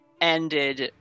ended